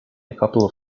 couple